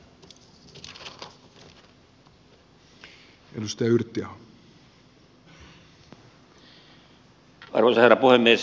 arvoisa herra puhemies